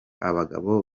abagabo